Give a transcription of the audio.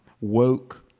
woke